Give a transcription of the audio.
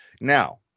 Now